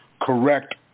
correct